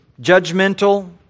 judgmental